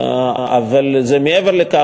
אבל זה מעבר לכך.